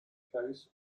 case